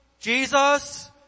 Jesus